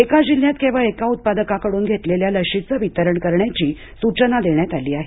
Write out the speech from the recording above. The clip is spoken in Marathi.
एका जिल्ह्यात केवळ एका उत्पादकाकडून घेतलेल्या लशीचं वितरण करण्याची सूचना देण्यात आली आहे